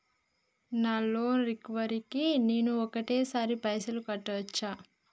నా loan recovery కి నేను ఒకటేసరి పైసల్ కట్టొచ్చా?